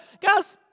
Guys